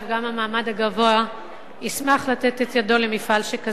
גם המעמד הגבוה ישמח לתת את ידו למפעל שכזה,